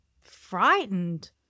frightened